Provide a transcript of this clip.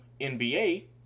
NBA